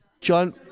John